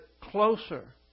closer